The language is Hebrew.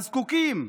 הזקוקים,